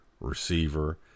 receiver